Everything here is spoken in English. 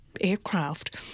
aircraft